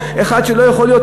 אחד שלא יכול להיות,